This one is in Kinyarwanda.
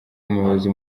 umuyobozi